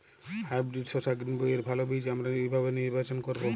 Hybrid শসা গ্রীনবইয়ের ভালো বীজ আমরা কিভাবে নির্বাচন করব?